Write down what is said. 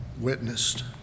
witnessed